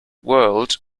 world